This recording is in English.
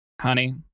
Honey